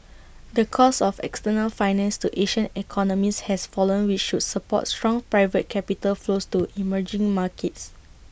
the cost of external finance to Asian economies has fallen which should support strong private capital flows to emerging markets